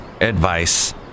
advice